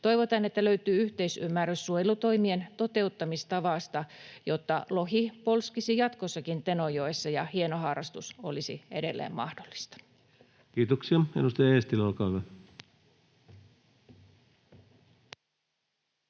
Toivotaan, että löytyy yhteisymmärrys suojelutoimien toteuttamistavasta, jotta lohi polskisi jatkossakin Tenojoessa ja hieno harrastus olisi edelleen mahdollista. [Speech 55] Speaker: Ensimmäinen